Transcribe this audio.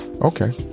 Okay